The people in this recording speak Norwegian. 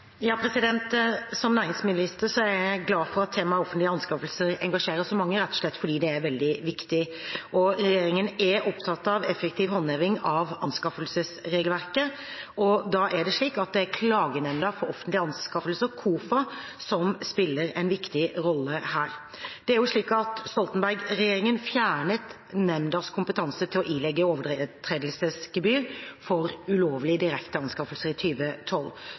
Som næringsminister er jeg glad for at temaet offentlige anskaffelser engasjerer så mange, rett og slett fordi det er veldig viktig. Regjeringen er opptatt av effektiv håndheving av anskaffelsesregelverket, og Klagenemnda for offentlige anskaffelser, KOFA, spiller en viktig rolle her. Stoltenberg-regjeringen fjernet nemndas kompetanse til å ilegge overtredelsesgebyr for ulovlige direkte anskaffelser i